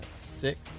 six